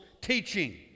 teaching